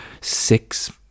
six